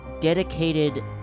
dedicated